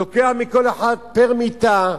לוקח מכל אחד פר מיטה,